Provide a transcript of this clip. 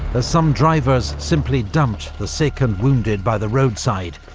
as some drivers simply dumped the sick and wounded by the roadside,